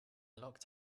locked